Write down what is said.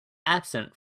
absent